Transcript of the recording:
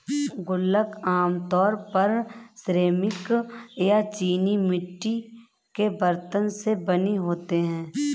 गुल्लक आमतौर पर सिरेमिक या चीनी मिट्टी के बरतन से बने होते हैं